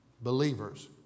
believers